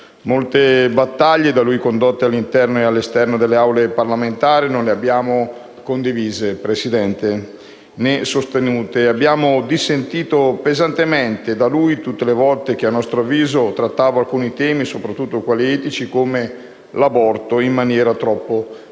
Molte battaglie da lui condotte all'interno e all'esterno delle Aule parlamentari non le abbiamo condivise, né sostenute. Abbiamo dissentito pesantemente da lui tutte le volte che, a nostro avviso, trattava alcuni temi, soprattutto quelli etici, come l'aborto, in maniera troppo